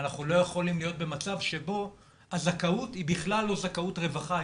ואנחנו לא יכולים להיות במצב שבו הזכאות היא בכלל לא זכאות רווחה,